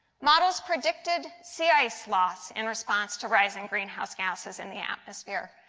models predicted sea ice loss in response to rising greenhouse gases in the atmosphere.